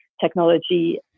technology